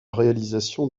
réalisation